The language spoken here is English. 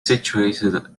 situated